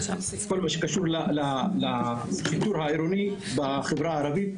מה שקשור לשיטור העירוני בחברה הערבית.